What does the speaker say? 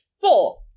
Four